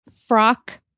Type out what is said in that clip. frock